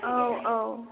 औ औ